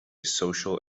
social